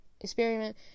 experiment